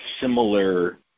similar